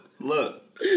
Look